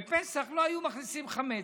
בפסח לא היו מכניסים חמץ.